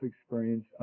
experience